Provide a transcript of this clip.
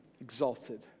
exalted